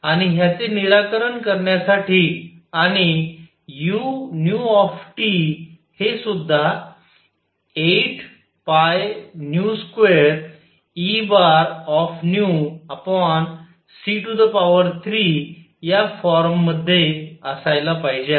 आणि ह्याचे निराकरण करण्यासाठी आणि u हे सुद्धा 8π2Eνc3या फॉर्ममध्ये असायला पाहिजे आहे